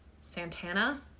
santana